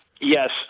Yes